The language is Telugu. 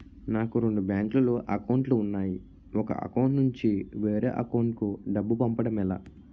నాకు రెండు బ్యాంక్ లో లో అకౌంట్ లు ఉన్నాయి ఒక అకౌంట్ నుంచి వేరే అకౌంట్ కు డబ్బు పంపడం ఎలా?